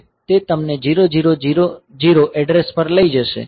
તે તમને 0000 એડ્રેસ પર લઈ જશે